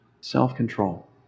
Self-control